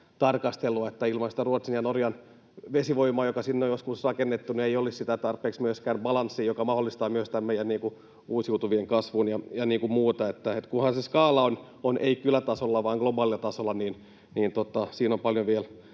tarkastelua. Ilman Ruotsin ja Norjan vesivoimaa, joka sinne on joskus rakennettu, ei olisi tarpeeksi myöskään balanssia, joka mahdollistaa myös tämän meidän uusiutuvien kasvun ja muun. Että kunhan se skaala ei ole kylätasolla vaan globaalilla tasolla — siinä on vielä